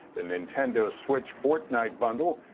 the nintendo switch fortnite bundle,